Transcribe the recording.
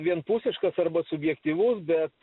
vienpusiškas arba subjektyvus bet